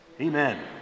Amen